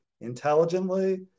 intelligently